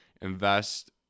invest